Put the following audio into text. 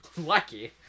Lucky